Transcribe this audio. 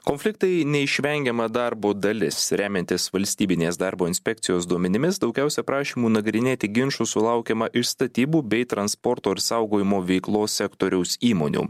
konfliktai neišvengiama darbo dalis remiantis valstybinės darbo inspekcijos duomenimis daugiausia prašymų nagrinėti ginčų sulaukiama iš statybų bei transporto ir saugojimo veiklos sektoriaus įmonių